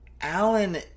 Alan